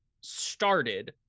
started